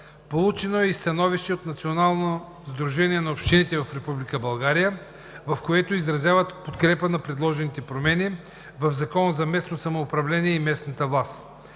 Получено е и становище от Националното сдружение на общините в Република България, в което изразяват подкрепа на предложените промени в Закона за местното самоуправление и местната власт.